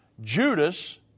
Judas